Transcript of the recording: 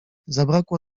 zabrakło